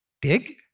big